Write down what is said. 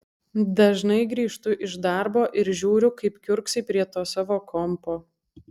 dažnai grįžtu iš darbo ir žiūriu kaip kiurksai prie to savo kompo